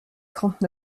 trente